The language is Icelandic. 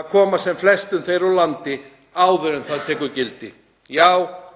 að koma sem flestum þeirra úr landi áður en það tekur gildi.